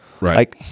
Right